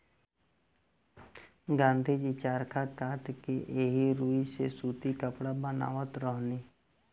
गाँधी जी चरखा कात के एही रुई से सूती कपड़ा बनावत रहनी